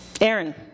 Aaron